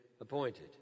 appointed